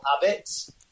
habits